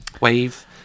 wave